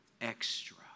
extra